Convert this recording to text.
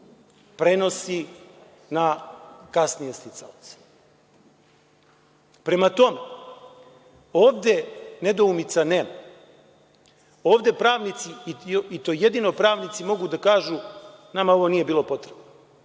prenosi na kasnije sticaoce. Prema tome, ovde nedoumica nema. Ovde pravnici, i to jedino pravnici, mogu da kažu – nama ovo nije bilo potrebno,